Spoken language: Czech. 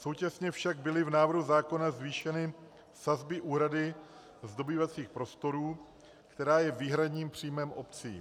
Současně však byly v návrhu zákona zvýšeny sazby úhrady z dobývacích prostorů, která je výhradním příjmem obcí.